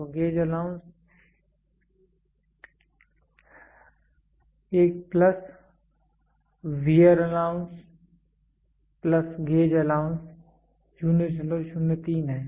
तो gauge allowance एक plus wear allowance plus gauge allowance 0063 है